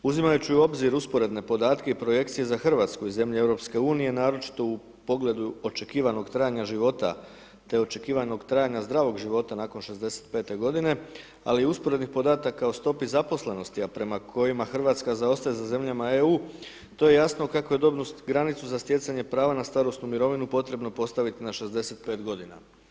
Uzimajući u obzir usporedne podatke i projekcije za Hrvatsku i zemlje EU naručito u pogledu očekivanog trajanja života te očekivanog trajanja zdravog života nakon 65 godine ali i usporednih podataka o stopi zaposlenosti a prema kojima Hrvatska zaostaje za zemljama EU to je jasno kako je dobnu granicu za stjecanje prava na starosnu mirovinu potrebno postaviti na 65 godina.